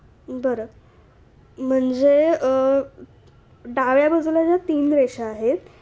बरं म्हणजे डाव्या बाजूला ज्या तीन रेषा आहेत